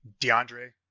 DeAndre